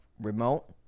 remote